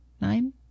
nine